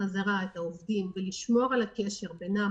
חזרה את העובדים ולשמור על הקשר בינם